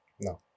No